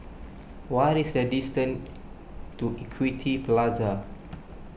what is the distance to Equity Plaza